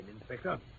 Inspector